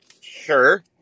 Sure